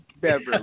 Beverly